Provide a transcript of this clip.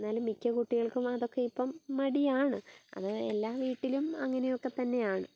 എന്നാലും മിക്ക കുട്ടികൾക്കും അതൊക്കെ ഇപ്പം മടിയാണ് അത് എല്ലാ വീട്ടിലും അങ്ങനെയൊക്കെ തന്നെയാണ്